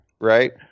right